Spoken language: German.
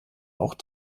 auch